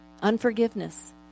unforgiveness